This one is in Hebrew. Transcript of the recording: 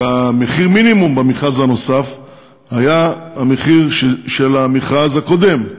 ומחיר המינימום במכרז הזה היה המחיר של המכרז הקודם,